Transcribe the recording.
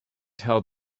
tell